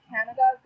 Canada